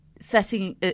Setting